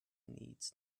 needs